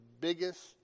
biggest